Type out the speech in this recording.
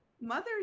Mother's